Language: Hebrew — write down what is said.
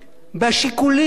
הלא-ענייניים לפעמים,